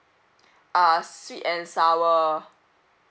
uh sweet and sour